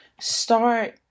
Start